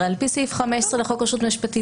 הרי בעצם על פי סעיף 15 לחוק ישות משפטית